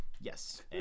Yes